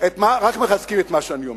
את מה שאני אומר.